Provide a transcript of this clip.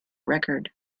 record